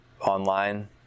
online